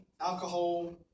alcohol